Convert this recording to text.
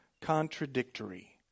contradictory